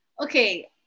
Okay